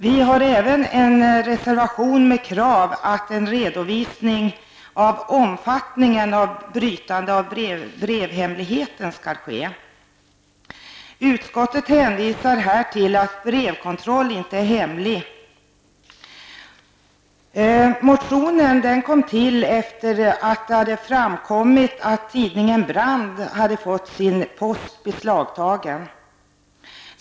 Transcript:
Vi har även en reservation med krav på att en redovisning av omfattningen av brytande av brevhemligheten skall ske. Utskottet hänvisar till att brevkontroll inte är hemlig. Motionen väcktes efter det att det hade kommit fram att tidningen Brand hade fått sin post beslagtagen.